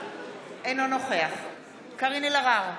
אינו נוכח קארין אלהרר,